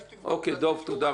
תודה.